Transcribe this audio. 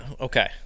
Okay